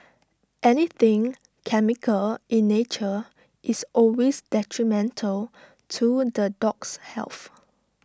anything chemical in nature is always detrimental to the dog's health